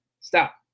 stop